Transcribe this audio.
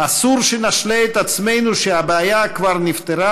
אסור שנשלה את עצמנו שהבעיה כבר נפתרה